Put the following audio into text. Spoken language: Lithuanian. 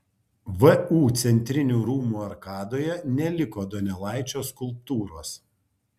vu centrinių rūmų arkadoje neliko donelaičio skulptūros